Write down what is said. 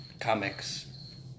comics